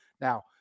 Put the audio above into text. Now